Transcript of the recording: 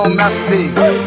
masterpiece